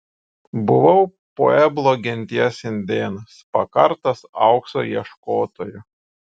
buvau pueblo genties indėnas pakartas aukso ieškotojų